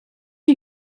you